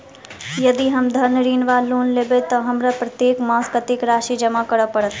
यदि हम ऋण वा लोन लेबै तऽ हमरा प्रत्येक मास कत्तेक राशि जमा करऽ पड़त?